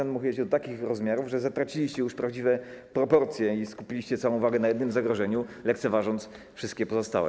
Nadmuchujecie go do takich rozmiarów, że zatraciliście już prawdziwe proporcje i skupiliście całą uwagę na jednym zagrożeniu, lekceważąc wszystkie pozostałe.